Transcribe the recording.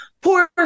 poor